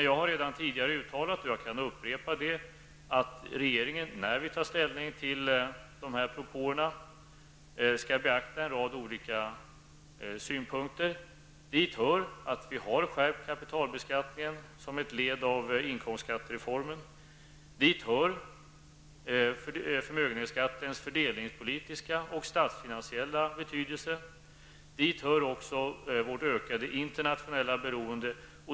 Jag har redan uttalat, och jag kan upprepa det, att regeringen när den tar ställning till dessa propåer skall beakta en rad olika synpunkter. Dit hör att kapitalbeskattningen har skärpts som ett led i inkomstskattereformen. Dit hör förmögenhetsskattens fördelningspolitiska och statsfinansiella betydelse samt även vårt internationella beroende.